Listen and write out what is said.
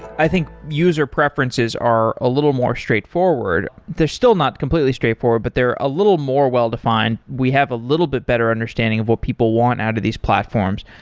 i think user preferences are a little more straightforward. they're still not completely straightforward, but they're a little more well-defined. we have a little bit better understanding of what people want out of these platforms.